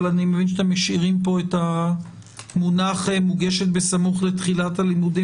אבל אני מבין שאתם משאירים פה את המונח: מוגשת בסמוך לתחילת הלימודים.